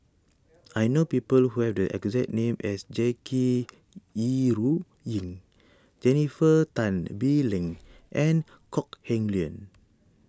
I know people who have the exact name as Jackie Yi Ru Ying Jennifer Tan Bee Leng and Kok Heng Leun